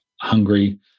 hungry